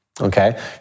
okay